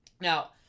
Now